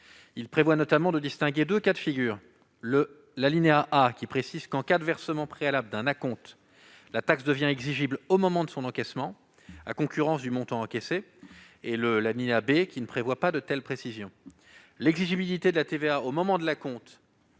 Il prévoit notamment de distinguer deux cas de figure : l'alinéa a, qui précise qu'en cas de versement préalable d'un acompte la taxe devient exigible au moment de son encaissement, à concurrence du montant encaissé, et l'alinéa b, qui ne prévoit pas de telles précisions. L'exigibilité de la TVA au moment de l'acompte